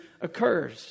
occurs